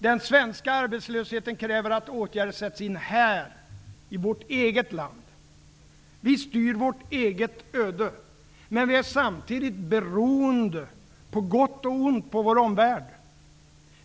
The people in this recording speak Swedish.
Den svenska arbetslösheten kräver att åtgärder sätts in här, i vårt eget land. Vi styr vårt eget öde, men vi är samtidigt beroende, på gott och på ont, av vår omvärld.